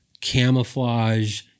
camouflage